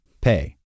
pay